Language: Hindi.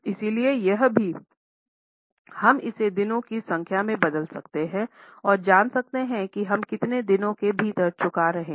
इसलिए यहां भी हम इसे दिनों की संख्या में बदल सकते हैं और जान सकते हैं कि हम कितने दिनों के भीतर चुका रहे हैं